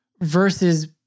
versus